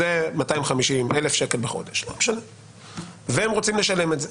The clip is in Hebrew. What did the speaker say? היא 1,000 שקל בחודש והם רוצים לשלם את זה.